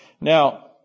Now